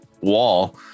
wall